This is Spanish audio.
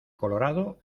colorado